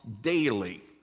daily